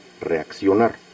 reaccionar